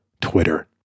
Twitter